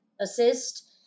assist